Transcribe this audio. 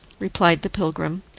replied the pilgrim,